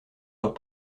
leurs